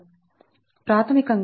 ప్రాథమికంగా rx 0